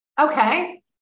Okay